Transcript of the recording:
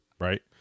right